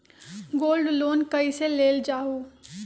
Gold loan कईसे लेल जाहु?